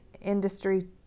industry